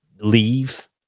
leave